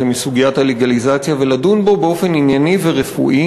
מסוגיית הלגליזציה ולדון בו באופן ענייני ורפואי,